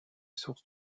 source